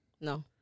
No